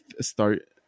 start